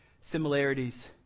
similarities